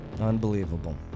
Unbelievable